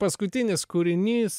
paskutinis kūrinys